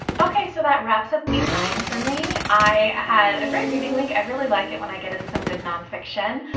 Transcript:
okay, so that wraps up week nine for me. i had a great reading week. i really like it when i get in some good nonfiction.